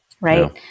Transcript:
Right